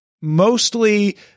mostly